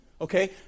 okay